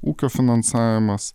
ūkio finansavimas